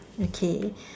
okay